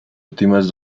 últimas